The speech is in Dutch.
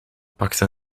pakte